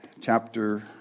chapter